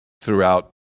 throughout